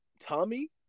Tommy